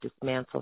dismantle